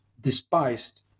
despised